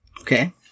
okay